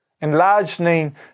enlarging